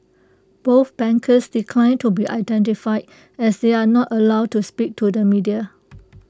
both bankers declined to be identified as they are not allowed to speak to the media